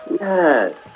Yes